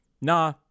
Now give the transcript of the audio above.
nah